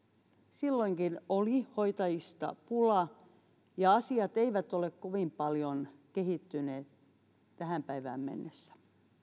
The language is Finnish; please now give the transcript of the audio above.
silloinkin oli hoitajista pula ja asiat eivät ole kovin paljon kehittyneet tähän päivään mennessä